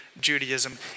Judaism